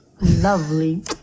lovely